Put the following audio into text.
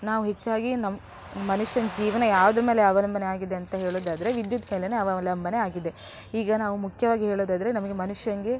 ನಾವು ಹೆಚ್ಚಾಗಿ ನಮ್ಮ ಮನುಷ್ಯನ ಜೀವನ ಯಾವ್ದ್ರ ಮೇಲೆ ಅವಲಂಬನೆಯಾಗಿದೆ ಅಂತ ಹೇಳೋದಾದರೆ ವಿದ್ಯುತ್ ಮೇಲೆಯೇ ಅವಲಂಬನೆಯಾಗಿದೆ ಈಗ ನಾವು ಮುಖ್ಯವಾಗಿ ಹೇಳೋದಾದರೆ ನಮಗೆ ಮನುಷ್ಯನಿಗೆ